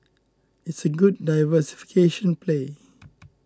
it's a good diversification play